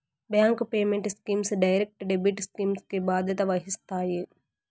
bank payment schemes direct debit scheme కి బాధ్యత వహిస్తాయి